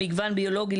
מגוון ביולוגי,